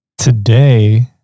Today